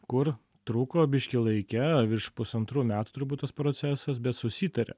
kur trūko biškį laike virš pusantrų metų turbūt tas procesas bet susitarė